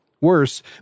Worse